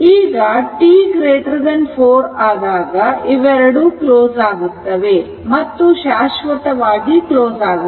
ಈಗ t4 ಆದಾಗ ಇವೆರಡೂ ಕ್ಲೋಸ್ ಆಗುತ್ತವೆ ಮತ್ತು ಶಾಶ್ವತವಾಗಿ ಕ್ಲೋಸ್ ಆಗುತ್ತವೆ